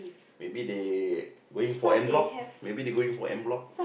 maybe they going for end block maybe they going for end block